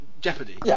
jeopardy